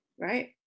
right